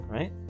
Right